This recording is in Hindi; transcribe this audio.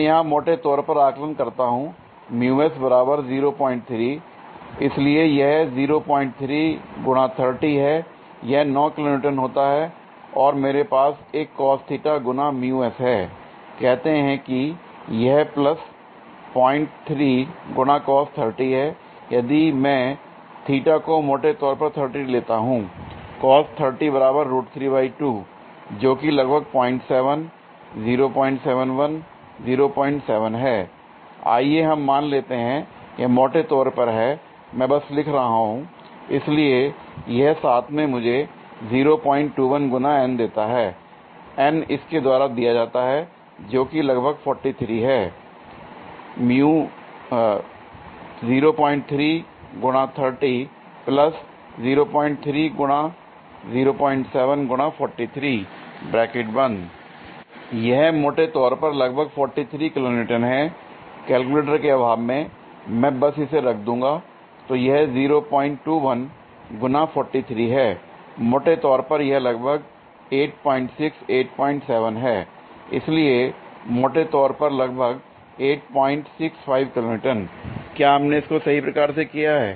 मैं यहां मोटे तौर पर आकलन करता हूं l इसलिए यह है l यह 9 किलो न्यूटन होता है और मेरे पास एक cos θ गुना है कहते हैं कि यह प्लस है l यदि मैं θ को मोटे तौर पर 30 लेता हूं जो कि लगभग 07 071 07 है l आइए हम मान लेते हैं यह मोटे तौर पर है मैं बस लिख रहा हूं l इसलिए यह साथ में मुझे 021 गुना N देता है l N इसके द्वारा दिया जाता है जोकि लगभग 43 है l यह मोटे तौर पर लगभग 43 किलोन्यूटन है l केलकुलेटर के अभाव में मैं बस इसे रख दूंगा l तो यह 021 गुना 43 है मोटे तौर पर यह लगभग 86 87 है l इसलिए मोटे तौर पर लगभग 865 किलो न्यूटन l क्या हमने इसको सही प्रकार से किया है